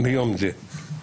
ליום זה.